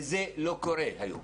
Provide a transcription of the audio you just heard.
וזה לא קורה היום.